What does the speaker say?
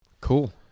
Cool